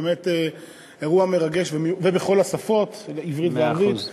באמת אירוע מרגש, ובכל השפות, עברית ואנגלית.